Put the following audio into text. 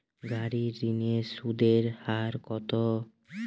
গাড়ির ঋণের সুদের হার কতো?